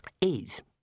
is